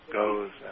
goes